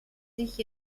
sich